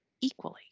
equally